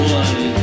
one